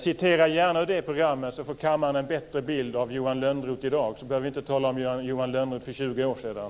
Citera gärna ur det programmet så får kammaren en bättre bild av Johan Lönnroth i dag! Då behöver vi inte tala om Johan Lönnroth för 20 år sedan.